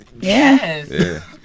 Yes